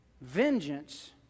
Vengeance